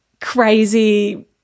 crazy